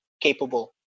capable